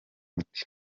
umuti